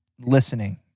listening